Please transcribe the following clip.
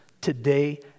today